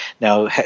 Now